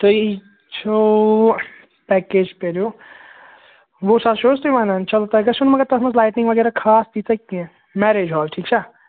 تُہۍ چھُو پٮ۪کیج کٔریوٗ وُہ ساس چھُو حظ تُہۍ وَنان چلو تۄہہِ گژھیو نہٕ مگر تَتھ منٛز لایِٹنِنٛگ وغیرہ خاص تیٖژاہ کیٚنہہ مٮ۪ریج ہال ٹھیٖک چھا